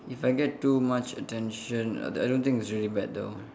if I get too much attention I I don't think it's really bad though